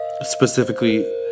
specifically